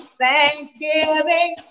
thanksgiving